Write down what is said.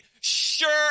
Sure